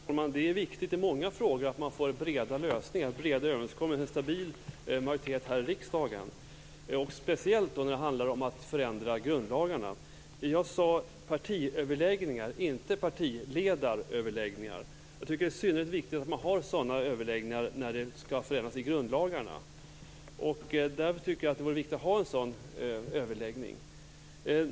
Fru talman! Det är viktigt i många frågor att få breda överenskommelser med en stabil majoritet i riksdagen. Det gäller speciellt vid förändringar i grundlagarna. Jag sade partiöverläggningar inte partiledaröverläggningar. Jag tycker att det är synnerligen viktigt att ha sådana överläggningar när det skall göras förändringar i grundlagarna. Därför vore det viktigt att ha en sådan överläggning.